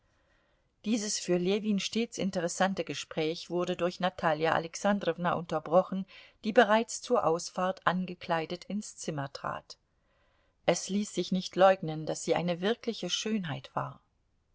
dieses für ljewin stets interessante gespräch wurde durch natalja alexandrowna unterbrochen die bereits zur ausfahrt angekleidet ins zimmer trat es ließ sich nicht leugnen daß sie eine wirkliche schönheit war